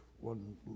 one